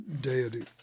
deity